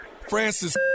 Francis